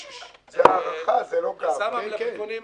זו ההערכה, זו לא גאווה.